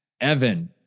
Evan